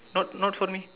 not not for me